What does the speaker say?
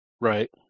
Right